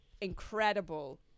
incredible